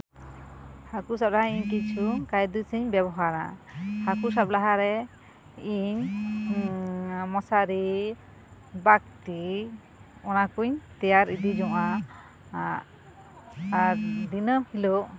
ᱦᱟᱹᱠᱩ ᱥᱟᱵ ᱤᱧ ᱠᱤᱪᱷᱩ ᱠᱟᱭᱫᱩᱥᱤᱧ ᱵᱮᱣᱦᱟᱨᱟ ᱦᱟᱹᱠᱩ ᱥᱟᱵ ᱞᱟᱦᱟᱨᱮ ᱤᱧ ᱢᱚᱥᱟᱨᱤ ᱵᱟᱞᱛᱤ ᱚᱱᱟᱠᱚᱹᱧ ᱛᱮᱭᱟᱨ ᱤᱫᱤ ᱡᱚᱝᱼᱟ ᱟᱨ ᱫᱤᱱᱟᱹᱢ ᱦᱤᱞᱳᱜ